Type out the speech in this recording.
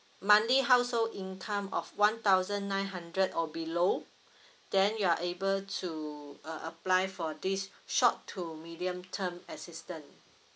monthly household income of one thousand nine hundred or below then you are able to uh apply for this short to medium term assistance